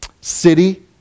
city